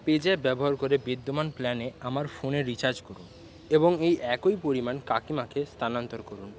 pay zap ব্যবহার করে বিদ্যমান প্ল্যানে আমার ফোনে রিচার্জ করুন এবং এই একই পরিমাণ কাকিমাকে স্থানান্তর করুন